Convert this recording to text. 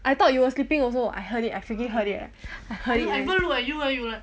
I thought you were sleeping also I heard it I quickly heard it I heard it